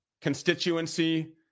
constituency